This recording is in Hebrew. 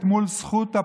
התקשורת,